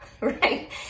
right